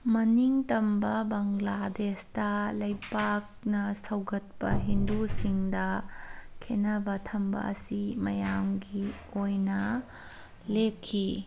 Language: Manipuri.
ꯃꯅꯤꯡ ꯇꯝꯕ ꯕꯪꯒ꯭ꯂꯥꯗꯦꯁꯇ ꯂꯩꯕꯥꯛꯅ ꯁꯧꯒꯠꯄ ꯍꯤꯟꯗꯨꯁꯤꯡꯗ ꯈꯦꯅꯕ ꯊꯝꯕ ꯑꯁꯤ ꯃꯌꯥꯝꯒꯤ ꯑꯣꯏꯅ ꯂꯦꯞꯈꯤ